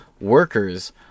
workers